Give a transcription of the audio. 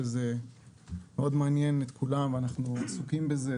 שזה מאוד מעניין את כולם ואנחנו עסוקים בזה,